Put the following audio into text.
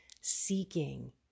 seeking